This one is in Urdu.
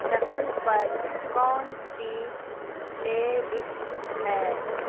شفل پر کون سی پلے لسٹ ہے